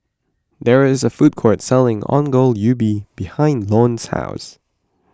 there is a food court selling Ongol Ubi behind Lone's house